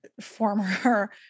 former